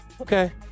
Okay